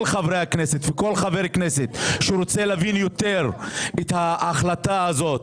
כל חבר כנסת שרוצה להבין יותר את ההחלטה הזאת,